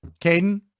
Caden